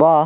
বা